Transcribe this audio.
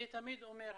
אני תמיד אומר,